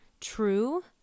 true